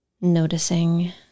noticing